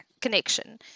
connection